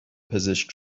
پزشک